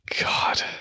God